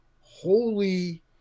holy